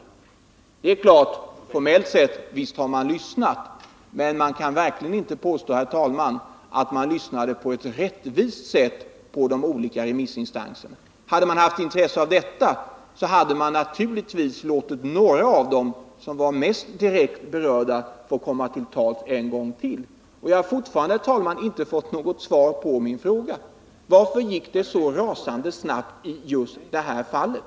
Visst har man formellt sett lyssnat, men det kan verkligen inte påstås, herr talman, att man lyssnat på ett rättvist sätt på de olika remissinstanserna. Hade man haft intresse av detta, skulle man naturligtvis ha låtit några av dem som var mest direkt berörda fått komma till tals en gång till. Jag har fortfarande, herr talman, inte fått något svar på min fråga: Varför gick det så rasande snabbt i just det här fallet?